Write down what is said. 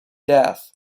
death